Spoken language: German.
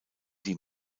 die